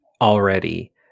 already